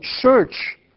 church